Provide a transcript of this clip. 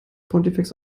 pontifex